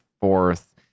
fourth